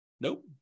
Nope